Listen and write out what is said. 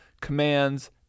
commands